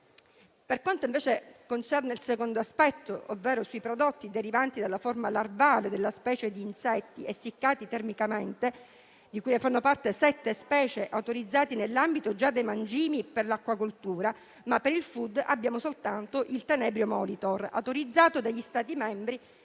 delle nuove opportunità. Il secondo aspetto riguarda i prodotti derivanti dalla forma larvale delle specie di insetti essiccati termicamente, di cui fanno parte sette specie autorizzate già nell'ambito dei mangimi per l'acquacoltura, ma per il *food* abbiamo soltanto il *tenebrio molitor* autorizzato dagli Stati membri